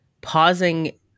pausing